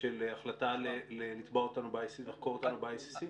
של החלטה לתבוע אותנו, לחקור אותנו ב-ICC?